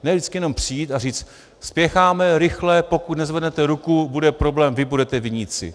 Ne vždycky jenom přijít a říct: Spěcháme, rychle, pokud nezvednete ruku, bude problém, vy budete viníci!